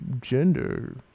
gender